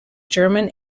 german